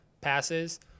passes